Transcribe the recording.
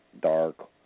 dark